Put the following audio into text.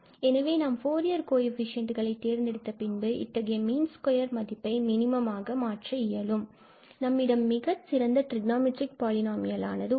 எனவே நாம் ஃபூரியர் கோஎஃபீஷியன்ட்களை தேர்ந்தெடுத்த பின்பு இத்தகைய மீன் ஸ்கொயர் மதிப்பை மினிமம் ஆக மாற்ற இயலும் நம்மிடம் மிகச் சிறந்த டிரிக்னாமெட்ரிக் பாலினாமியலானது உள்ளது